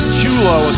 Chulo